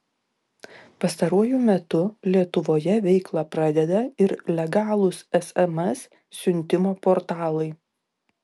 pastaruoju metu lietuvoje veiklą pradeda ir legalūs sms siuntimo portalai